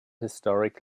historic